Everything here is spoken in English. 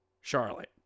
Charlotte